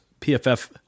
PFF